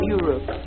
Europe